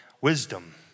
Wisdom